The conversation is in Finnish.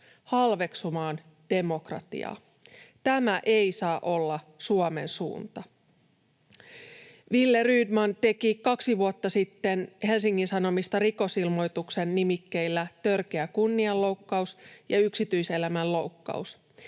halveksumaan demokratiaa. Tämä ei saa olla Suomen suunta. Wille Rydman teki kaksi vuotta sitten Helsingin Sanomista rikosilmoituksen nimikkeillä törkeä kunnianloukkaus ja yksityiselämän loukkaus.